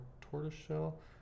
tortoiseshell